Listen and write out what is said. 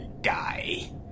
die